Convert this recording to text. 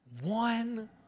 One